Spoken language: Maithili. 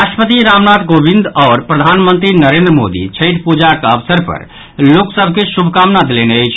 राष्ट्रपति रामनाथ कोविंद आओर प्रधानमंत्री नरेन्द्र मोदी छठि पूजाक अवसर पर लोक सभ के शुभकामना देलनि अछि